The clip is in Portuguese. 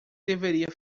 deveria